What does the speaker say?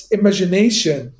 imagination